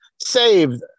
saved